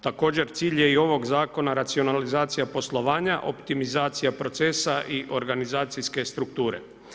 Također, cilj je i ovog zakona, racionalizacija poslovanja, optimizacija procesa i organizacijske strukture.